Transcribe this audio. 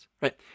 Right